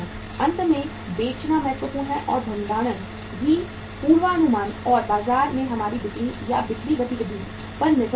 अंत में बेचना महत्वपूर्ण है और भंडारण भी पूर्वानुमान और बाजार में हमारी बिक्री या बिक्री गतिविधि पर निर्भर करता है